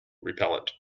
repellent